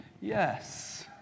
yes